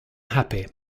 happy